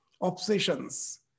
obsessions